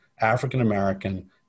African-American